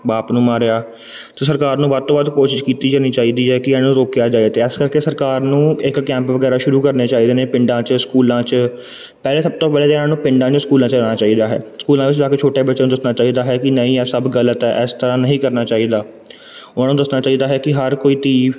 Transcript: ਬਾਪ ਨੂੰ ਮਾਰਿਆ ਅਤੇ ਸਰਕਾਰ ਨੂੰ ਵੱਧ ਤੋਂ ਵੱਧ ਕੋਸ਼ਿਸ਼ ਕੀਤੀ ਜਾਣੀ ਚਾਹੀਦੀ ਹੈ ਕਿ ਇਹਨਾਂ ਨੂੰ ਰੋਕਿਆ ਜਾਵੇ ਅਤੇ ਇਸ ਕਰਕੇ ਸਰਕਾਰ ਨੂੰ ਇੱਕ ਕੈਂਪ ਵਗੈਰਾ ਸ਼ੁਰੂ ਕਰਨੇ ਚਾਹੀਦੇ ਨੇ ਪਿੰਡਾਂ 'ਚ ਸਕੂਲਾਂ 'ਚ ਪਹਿਲੇ ਸਭ ਤੋਂ ਪਹਿਲੇ ਤਾਂ ਇਹਨਾਂ ਨੂੰ ਪਿੰਡਾਂ ਜਾਂ ਸਕੂਲਾਂ 'ਚ ਆਉਣਾ ਚਾਹੀਦਾ ਹੈ ਸਕੂਲਾਂ ਵਿੱਚ ਜਾ ਕੇ ਛੋਟੇ ਬੱਚਿਆਂ ਨੂੰ ਦੱਸਣਾ ਚਾਹੀਦਾ ਹੈ ਕਿ ਨਹੀਂ ਇਹ ਸਭ ਗਲਤ ਹੈ ਇਸ ਤਰ੍ਹਾਂ ਨਹੀਂ ਕਰਨਾ ਚਾਹੀਦਾ ਉਹਨਾਂ ਨੂੰ ਦੱਸਣਾ ਚਾਹੀਦਾ ਹੈ ਕਿ ਹਰ ਕੋਈ ਧੀ